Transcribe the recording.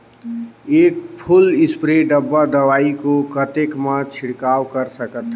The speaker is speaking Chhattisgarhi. एक फुल स्प्रे डब्बा दवाई को कतेक म छिड़काव कर सकथन?